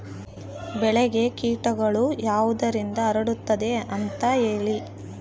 ಬೆಳೆಗೆ ಕೇಟಗಳು ಯಾವುದರಿಂದ ಹರಡುತ್ತದೆ ಅಂತಾ ಹೇಳಿ?